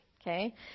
okay